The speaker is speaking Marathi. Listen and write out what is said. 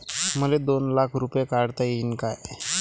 मले दोन लाख रूपे काढता येईन काय?